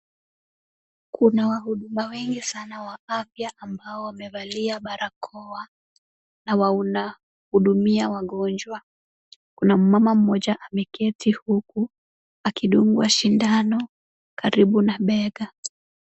Kuna wahuduma wengi sana wa afya ambao wamevalia barakoa na wanahudumia wagonjwa. Kuna mmama mmoja ameketi huku akidungwa sindano karibu na bega.